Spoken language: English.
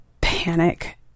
panic